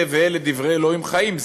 אלה ואלה דברי אלוהים חיים,